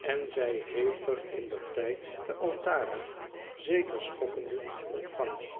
en zij heeft er indertijd te altara zeker schokkende ontvangen